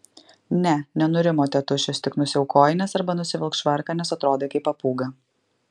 ne nenurimo tėtušis tik nusiauk kojines arba nusivilk švarką nes atrodai kaip papūga